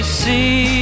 see